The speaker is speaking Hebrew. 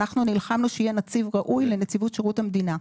אנחנו נלחמנו שיהיה נציב ראוי לנציבות שירות המדינה.